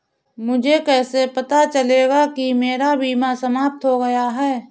मुझे कैसे पता चलेगा कि मेरा बीमा समाप्त हो गया है?